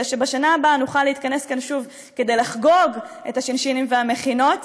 כדי שבשנה הבאה נוכל להתכנס כאן שוב כדי לחגוג את השינשינים והמכינות